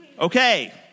okay